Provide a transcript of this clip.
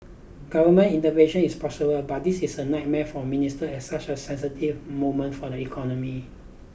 government intervention is possible but this is a nightmare for ministers at such a sensitive moment for the economy